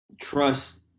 trust